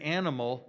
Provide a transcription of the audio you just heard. animal